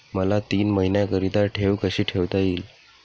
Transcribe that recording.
मला तीन महिन्याकरिता ठेव कशी ठेवता येईल?